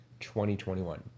2021